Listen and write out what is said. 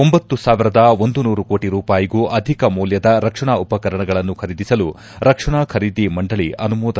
ಒಂಭತ್ತು ಸಾವಿರದ ಒಂದು ನೂರು ಕೋಟಿ ರೂಪಾಯಿಗೂ ಅಧಿಕ ಮೌಲ್ಲದ ರಕ್ಷಣಾ ಉಪಕರಣಗಳನ್ನು ಖರೀದಿಸಲು ರಕ್ಷಣಾ ಖರೀದಿ ಮಂಡಳಿ ಅನುಮೋದನೆ